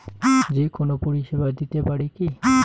যে কোনো পরিষেবা দিতে পারি কি?